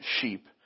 sheep